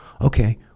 Okay